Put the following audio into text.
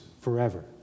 forever